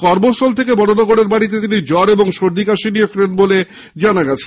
কর্মস্থল থেকে বরানগরের বাড়িতে তিনি জ্বর ও সর্দি কাশি নিয়ে ফেরেন বলে জানা গেছে